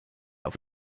auf